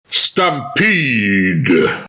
Stampede